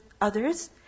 others